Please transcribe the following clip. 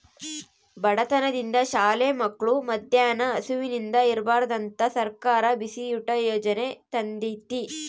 ಬಡತನದಿಂದ ಶಾಲೆ ಮಕ್ಳು ಮದ್ಯಾನ ಹಸಿವಿಂದ ಇರ್ಬಾರ್ದಂತ ಸರ್ಕಾರ ಬಿಸಿಯೂಟ ಯಾಜನೆ ತಂದೇತಿ